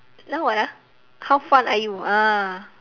now what ah how fun are you ah